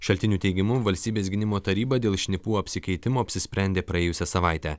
šaltinių teigimu valstybės gynimo taryba dėl šnipų apsikeitimo apsisprendė praėjusią savaitę